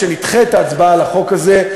שנדחה את ההצבעה על החוק הזה.